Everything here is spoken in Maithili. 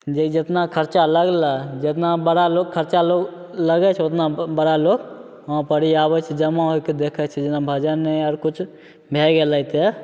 जे जतना खरचा लगलै जतना बड़ा लोक खरचा लगै छै ओतना बड़ा लोक वहाँपर आबै छै जमा होइके देखै छै जेना भजने आओर किछु भै गेलै तऽ